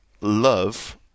love